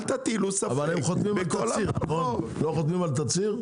לא חותמים על תצהיר?